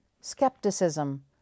skepticism